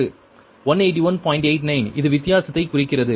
89 இது வித்தியாசத்தைக் குறிக்கிறது